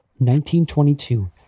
1922